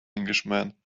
englishman